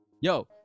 Yo